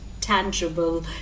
tangible